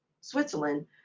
Switzerland